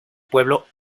pueblo